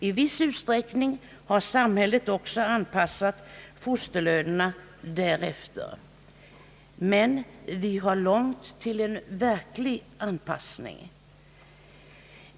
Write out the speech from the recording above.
I viss utsträckning har samhället också anpassat fosterlönerna därefter. Men vi har långt till en verklig anpassning.